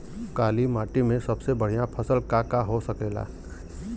काली माटी में सबसे बढ़िया फसल का का हो सकेला?